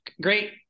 great